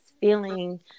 feeling